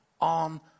on